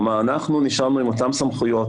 כלומר אנחנו נשארנו עם אותן סמכויות,